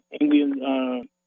Indian